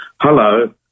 hello